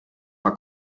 mal